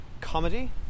comedy